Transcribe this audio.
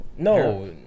No